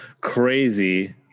crazy